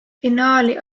finaali